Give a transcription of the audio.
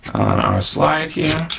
on our slide here.